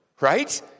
right